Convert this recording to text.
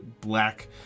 black